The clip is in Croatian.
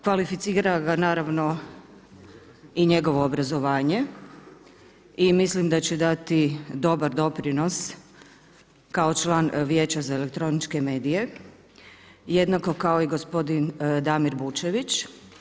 Kvalificira ga naravno i njegovo obrazovanje i mislim da će dati dobar doprinos kao član Vijeća za elektroničke medije jednako kao i gospodin Damir Bučević.